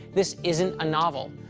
this isn't a novel.